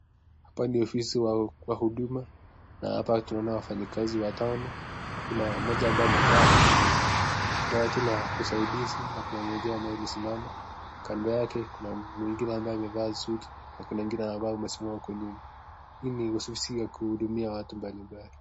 Hapa ni ofisi kwa huduma, na hapa tunaona wafanyikazi watano, kuna mmoja ambaye amekaa kwenye dawati la usaidizi na kuna mmoja ambaye amesimama. Kando yake kuna mwingine ambaye amevaa suti na kuna mwingine ambaye amesimama huko nyuma, hii ni hususi ya kuhudumia watu mbalimbali.